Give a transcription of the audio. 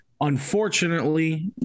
unfortunately